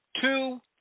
two